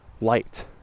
light